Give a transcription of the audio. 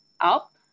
up